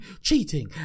cheating